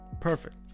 perfect